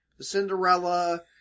Cinderella